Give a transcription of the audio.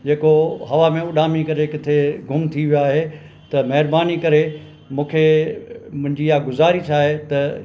जे को हवा में उॾामी करे किथे गुम थी वियो आहे त महिरबानी करे मूंखे मुंहिंजी इहा गुज़ारिश आहे त